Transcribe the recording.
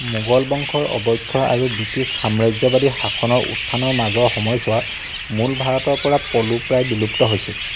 মোগল বংশৰ অৱক্ষয় আৰু ব্ৰিটিছ সাম্ৰাজ্যবাদী শাসনৰ উত্থানৰ মাজৰ সময়ছোৱাত মূল ভাৰতৰ পৰা পলো প্ৰায় বিলুপ্ত হৈছিল